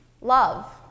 Love